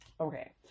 Okay